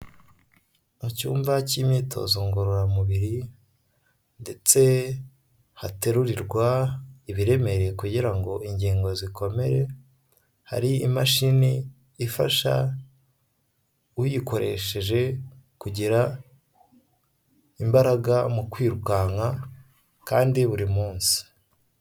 Mu cyumba cy'imyitozo ngororamubiri ndetse haterurirwa ibiremereye kugira ngo ingingo zikomere, hari imashini ifasha uyikoresheje kugira imbaraga mu kwirukanka kandi buri munsi.